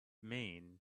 mean